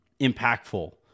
impactful